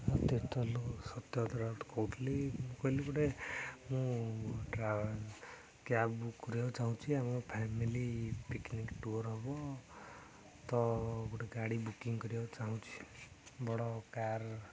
ଆଉ ତିର୍ତୋଲ ରୁ ସତ୍ୟବ୍ରତ ରାଉତ କହୁଥିଲୁ ମୁଁ କହିଲି ଗୋଟେ ମୁଁ ଟ୍ରା କ୍ୟାବ୍ ବୁକ୍ କରିବାକୁ ଚାହୁଁଛି ଆମ ଫ୍ୟାମିଲି ପିକନିକ ଟୁର୍ ହବ ତ ଗୋଟେ ଗାଡ଼ି ବୁକିଂ କରିବାକୁ ଚାହୁଁଛିି ବଡ଼ କାର୍